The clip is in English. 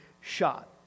shot